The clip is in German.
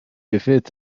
befindet